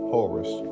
Horus